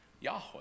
Yahweh